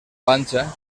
panxa